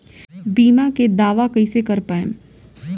बीमा के दावा कईसे कर पाएम?